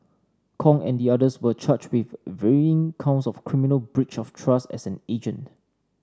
Kong and the others were charged with varying counts of criminal breach of trust as an agent